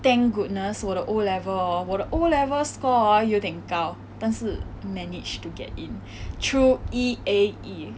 thank goodness 我的 O level hor 我的 O level score hor 有点高但是 managed to get in through E_A_E